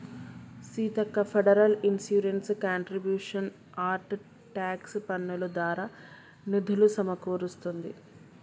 Seethakka federal insurance contributions act tax పన్నులు దారా నిధులులు సమకూరుస్తుంది